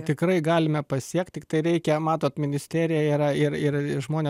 tikrai galime pasiekt tiktai reikia matot ministerija yra ir ir žmonės